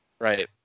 Right